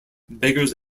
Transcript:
beggars